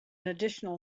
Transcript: additional